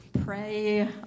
pray